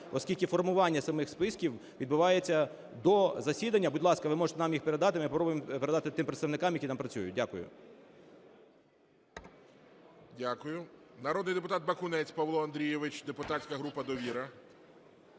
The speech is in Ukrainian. оскільки формування самих списків відбувається до засідання. Будь ласка, ми можете їх нам передати, ми попробуємо передати тим представникам, які там працюють. Дякую. ГОЛОВУЮЧИЙ. Дякую. Народний депутат Бакунець Павло Андрійович, депутатська група "Довіра".